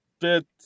bit